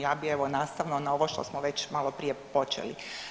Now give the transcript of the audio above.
Ja bi evo nastavno na ovo što smo već maloprije počeli.